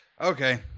Okay